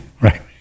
right